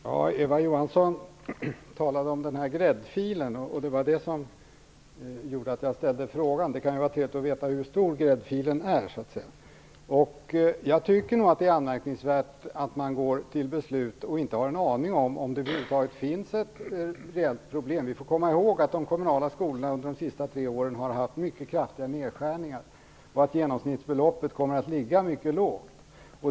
Herr talman! Eva Johansson talade om "gräddfilen". Det var det som gjorde att jag ställde frågan. Det kan vara trevligt att veta hur stor "gräddfilen" är, så att säga. Jag tycker nog att det är anmärkningsvärt att man går till beslut utan att ha en aning om huruvida det över huvud taget finns ett reellt problem. Vi får komma ihåg att de kommunala skolorna under de senaste tre åren har haft mycket kraftiga nedskärningar, och att genomsnittsbeloppet kommer att ligga mycket lågt.